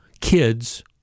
kids